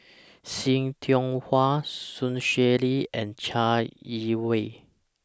See Tiong Wah Sun Xueling and Chai Yee Wei